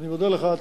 אני מודה לך.